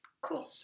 Cool